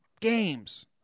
games